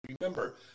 Remember